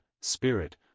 spirit